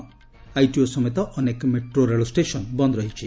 ITO ସମେତ ଅନେକ metro ରେଳ ଷ୍ଟେସନ୍ ବନ୍ଦ ରହିଛି